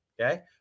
Okay